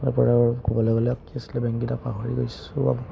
তাৰ পৰা আৰু ক'বলে গ'লে কি আছিলে বেংককিটা পাহৰি গৈছোঁ